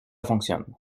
fonctionne